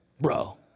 Bro